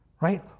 right